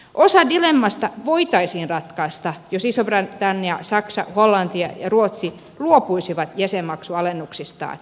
osa dilemmasta voitaisiin ratkaista jos iso britannia saksa hollanti ja ruotsi luopuisivat jäsenmaksualennuksistaan